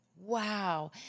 Wow